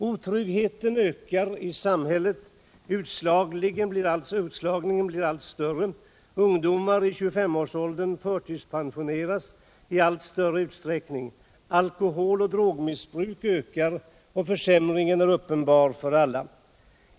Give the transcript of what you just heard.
Otryggheten ökar i det svenska samhället. Utslagningen blir allt större. Ungdomar i 2S5-årsåldern förtidspensioneras i allt större utsträckning. Alkoholoch drogmissbruk ökar och försämringen är uppenbar för alla.